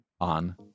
on